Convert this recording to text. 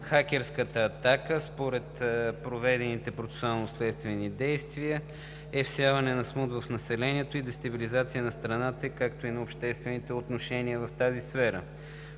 хакерската атака, според проведените процесуално-следствени действия, е всяването на смут в населението и дестабилизация на страната, както и на обществените отношения в тази сфера.